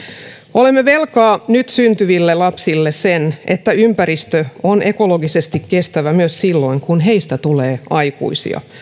olemme velkaa nyt syntyville lapsille sen että ympäristö on ekologisesti kestävä myös silloin kun heistä tulee aikuisia